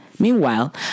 Meanwhile